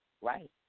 right